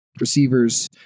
receivers